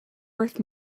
worth